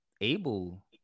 able